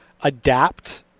adapt